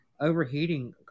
overheating